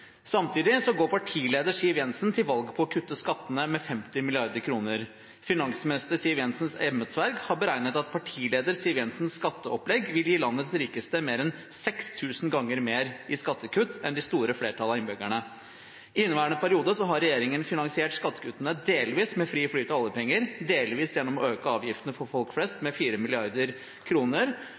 går partileder Siv Jensen til valg på å kutte skattene med 50 mrd. kr. Finansminister Siv Jensens embetsverk har beregnet at partileder Siv Jensens skatteopplegg vil gi landets rikeste mer enn 6 000 ganger mer i skattekutt enn for det store flertallet av innbyggerne. I inneværende periode har regjeringen finansiert skattekuttene delvis med fri flyt av oljepenger og delvis gjennom å øke avgiftene for folk flest med